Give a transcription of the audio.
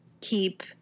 keep